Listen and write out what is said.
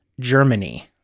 Germany